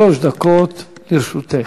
שלוש דקות לרשותך.